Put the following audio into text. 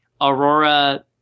Aurora